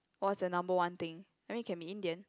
what's the number one thing I mean it can be Indian